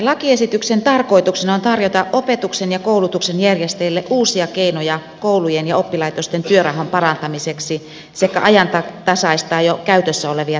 lakiesityksen tarkoituksena on tarjota opetuksen ja koulutuksen järjestäjille uusia keinoja koulujen ja oppilaitosten työrauhan parantamiseksi sekä ajantasaistaa jo käytössä olevia toimintatapoja